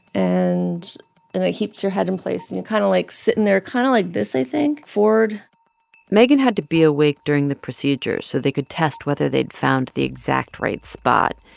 and and it keeps your head in place. and you're kind of, like, sitting there kind of like this, i think forward megan had to be awake during the procedure so they could test whether they'd found the exact right spot.